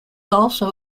also